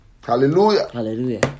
Hallelujah